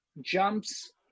jumps